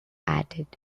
added